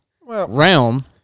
realm